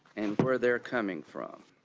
and where they are coming from.